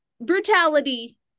brutality